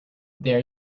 there